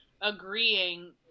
agreeing